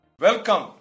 Welcome